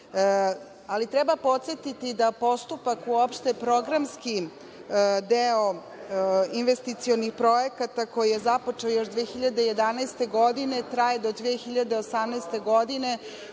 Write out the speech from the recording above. treba podsetiti da postupak, uopšte programski deo investicionih projekata, koji je započeo još 2011. godine i traje do 2018. godine,